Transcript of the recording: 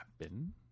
happen